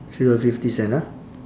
three dollar fifty cent ah